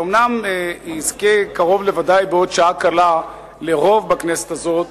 שאומנם יזכה קרוב לוודאי בעוד שעה קלה לרוב בכנסת הזאת,